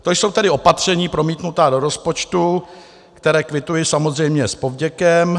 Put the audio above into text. To jsou tedy opatření promítnutá do rozpočtu, která kvituji samozřejmě s povděkem.